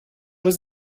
was